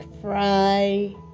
fry